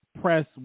press